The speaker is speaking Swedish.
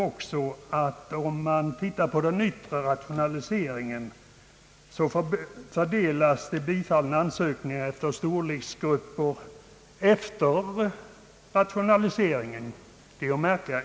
I utredningen visas också fördelningen av de bifallna ansökningarna om stöd till yttre rationalisering efter arealens storlek.